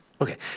okay